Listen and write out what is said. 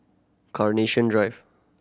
Carnation Drive